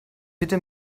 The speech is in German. bitte